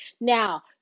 Now